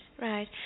right